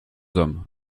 hommes